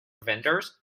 vendors